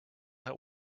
that